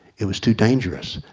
it was too dangerous.